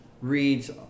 reads